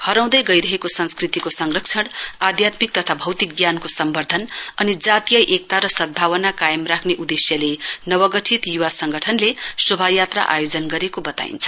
हराउँदै गइरहेको संस्कृतिको संरक्षण आध्यात्मिक तथा भौतिक ज्ञानको सम्बध्दन अनि जातीय एकता र सद्भावना कायम राख्ने उदेश्यले नव गठित युवा संगठनले शोभायात्रा आयोजन गरेको बताइन्छ